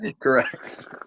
Correct